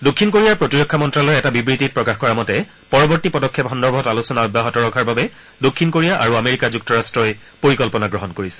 দক্ষিণ কোৰিয়াৰ প্ৰতিৰক্ষা মন্ত্ৰালয়ে এটা বিবৃতিত প্ৰকাশ কৰা মতে পৰৱৰ্তী পদক্ষেপ সন্দৰ্ভত আলোচনা অব্যাহত ৰখাৰ বাবে দক্ষিণ কোৰিয়া আৰু আমেৰিকা যুক্তৰাট্টই পৰিকল্পনা গ্ৰহণ কৰিছে